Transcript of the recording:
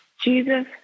Jesus